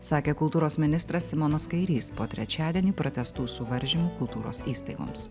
sakė kultūros ministras simonas kairys po trečiadienį pratęstų suvaržymų kultūros įstaigoms